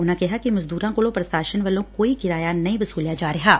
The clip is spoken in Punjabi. ਉਨੂਾ ਕਿਹਾ ਕਿ ਮਜ਼ਦੂਰਾ ਕੋਲੋਾਂ ਪ੍ਰਸ਼ਾਸਨ ਵੱਲੋਾਂ ਕੋਈ ਕਿਰਾਇਆ ਨਹੀ ਵਸੁਲਿਆ ਜਾ ਰਿਹੈ